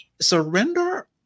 surrender